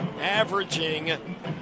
averaging